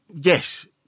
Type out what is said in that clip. yes